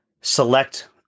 select